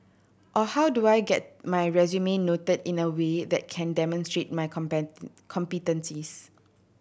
or how do I get my resume noted in a way that can demonstrate my competencies